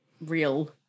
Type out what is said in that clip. real